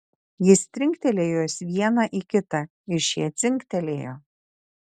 jis trinktelėjo juos vieną į kitą ir šie dzingtelėjo